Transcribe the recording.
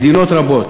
מדינות רבות,